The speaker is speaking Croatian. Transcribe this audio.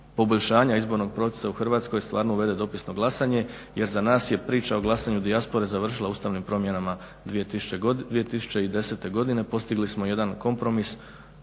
poboljšanja izbornog procesa u Hrvatskoj stvarno uvede dopisno glasanje jer za nas je priča o glasanju dijaspore završila ustavnim promjenama 2010. godine. Postigli smo jedan kompromis